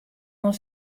oan